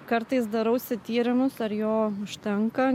kartais darausi tyrimus ar jo užtenka